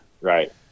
right